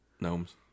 gnomes